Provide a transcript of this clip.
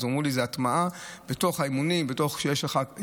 אז אמרו לי: זאת הטמעה בתוך האימונים: אתה מקשיב,